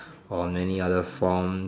or many other form